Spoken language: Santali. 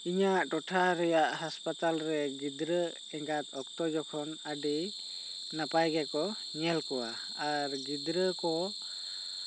ᱤᱧᱟ ᱜ ᱴᱚᱴᱷᱟ ᱨᱮᱭᱟᱜ ᱦᱟᱥᱯᱟᱛᱟᱞ ᱨᱮ ᱜᱤᱫᱽᱨᱟ ᱮᱸᱜᱟᱛ ᱚᱠᱛᱚ ᱡᱚᱠᱷᱚᱱ ᱟᱹᱰᱤ ᱱᱟᱯᱟᱭ ᱜᱮᱠᱚ ᱧᱮᱞ ᱠᱚᱣᱟ ᱟᱨ ᱜᱤᱫᱽᱨᱟ ᱠᱚ